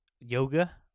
yoga